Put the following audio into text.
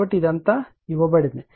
కాబట్టి ఇదంతా ఇవ్వబడింది